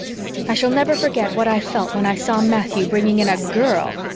i shall never forget what i felt when i saw matthew bringing in a girl.